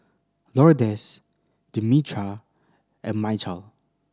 Lourdes Demetra and Mychal